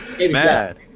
Mad